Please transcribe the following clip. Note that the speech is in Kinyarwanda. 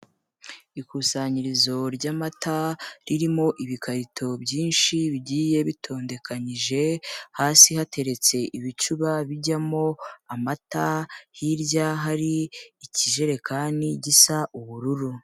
Ikusanyirizo ry'amata ririmo ibikarito byinshi bigiye bitondekanyije, hasi hateretse ibicuba bijyamo amata, hirya hari ikijerekani gisa ubururu.